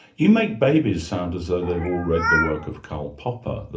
you make babies sound as though they've all read the work of karl popper,